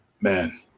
man